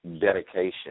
dedication